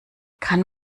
kann